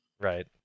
Right